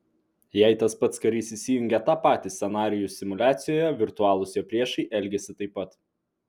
jei tas pats karys įsijungia tą patį scenarijų simuliacijoje virtualūs jo priešai elgiasi taip pat